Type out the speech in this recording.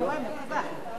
נא לצלצל.